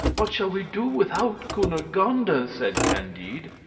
what shall we do without cunegonde? ah said candide.